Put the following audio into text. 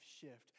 shift